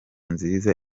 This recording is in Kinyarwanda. nziza